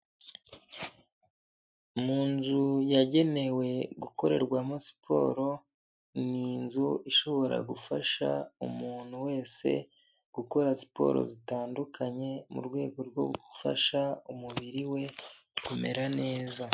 Mu nzu yagenewe gukorerwamo siporo, ni inzu ishobora gufasha umuntu wese gukora siporo zitandukanye mu rwego rwo gufasha umubiri we kumera neza.